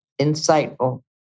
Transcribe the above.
insightful